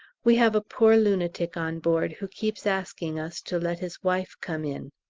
we have a poor lunatic on board who keeps asking us to let his wife come in.